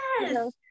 Yes